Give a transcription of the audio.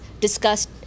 discussed